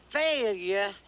failure